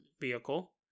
vehicle